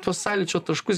tuos sąlyčio taškus